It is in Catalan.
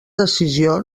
decisió